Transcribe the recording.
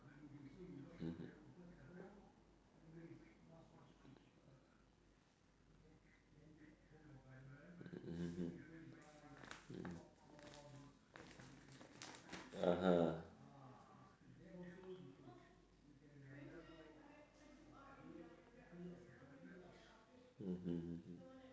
mmhmm mmhmm mm (uh huh) mmhmm